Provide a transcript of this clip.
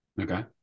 Okay